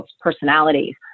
personalities